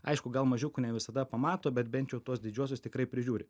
aišku gal mažiukų ne visada pamato bet bent jau tuos didžiuosius tikrai prižiūri